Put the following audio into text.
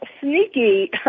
sneaky